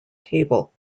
table